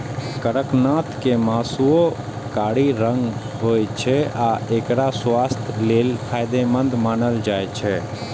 कड़कनाथ के मासुओ कारी रंगक होइ छै आ एकरा स्वास्थ्यक लेल फायदेमंद मानल जाइ छै